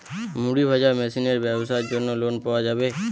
মুড়ি ভাজা মেশিনের ব্যাবসার জন্য লোন পাওয়া যাবে?